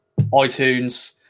iTunes